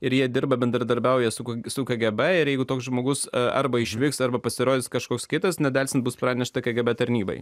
ir jie dirba bendradarbiauja su suka geba ir jeigu toks žmogus arba išvyksta arba pasirodys kažkoks kitas nedelsiant bus pranešta kgb tarnybai